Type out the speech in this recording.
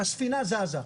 הספינה זזה.